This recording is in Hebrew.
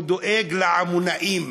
הוא דואג לעמונאים.